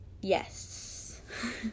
Yes